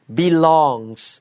belongs